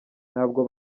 ntabwo